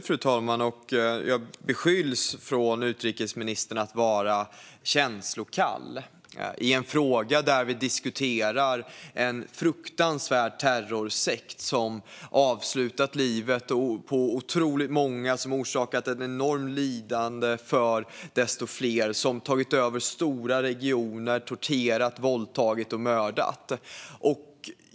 Fru talman! Jag beskylls av utrikesministern för att vara känslokall i en fråga där vi diskuterar en fruktansvärd terrorsekt, som avslutat livet för otroligt många och orsakat ett enormt lidande för ännu fler, tagit över stora regioner och torterat, våldtagit och mördat.